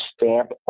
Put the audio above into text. stamp